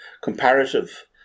comparative